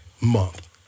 month